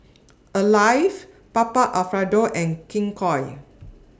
Alive Papa Alfredo and King Koil